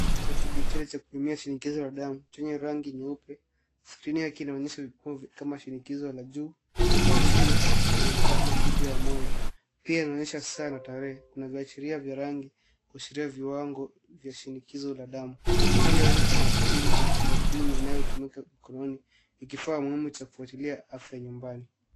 Kifaa cha kupimia shinikizo la damu chenye rangi nyeupe. Skrini yake inaonyesha vipimo kama shinikizo la juu, la chini na mapigo ya moyo ya mtumiaji. Pia inaonyesha saa na tarehe, pamoja na alama za rangi zinazoashiria viwango vya shinikizo la damu. Kando yake kuna bomba la bluu na mpira unaotumika kufungia mkononi, kifaa kinachofaa mtu kufuatilia afya nyumbani.